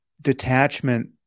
detachment